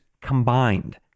combined